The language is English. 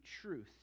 truth